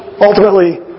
ultimately